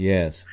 Yes